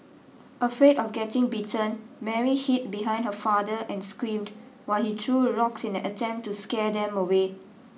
afraid of getting bitten Mary hid behind her father and screamed while he threw rocks in an attempt to scare them away